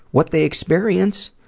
what they experience.